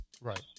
Right